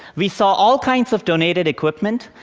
we saw all kinds of donated equipment.